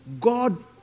God